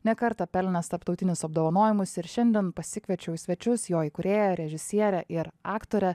ne kartą pelnęs tarptautinius apdovanojimus ir šiandien pasikviečiau į svečius jo įkūrėją režisierę ir aktorę